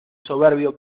soberbio